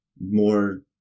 more